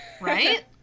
right